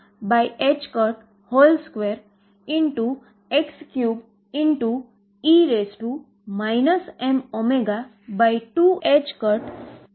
તે જવાબ હું વેવ સમીકરણ દ્વારા તેનો ઉકેલ હુ મેળવી શકું છું